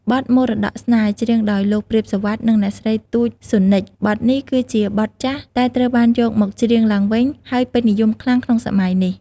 បទ "មរតកស្នេហ៍" ច្រៀងដោយលោក ព្រាប សុវត្ថិ និងអ្នកស្រី ទូច ស៊ុននិច បទនេះគឺជាបទចាស់តែត្រូវបានយកមកច្រៀងឡើងវិញ ហើយពេញនិយមខ្លាំងក្នុងសម័យនេះ។